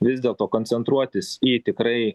vis dėlto koncentruotis į tikrai